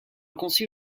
consul